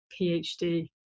PhD